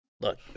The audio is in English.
Look